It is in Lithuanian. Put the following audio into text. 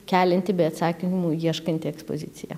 kelianti bei atsakymų ieškanti ekspozicija